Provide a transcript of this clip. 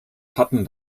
patten